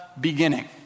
beginning